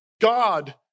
God